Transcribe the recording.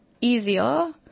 easier